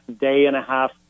day-and-a-half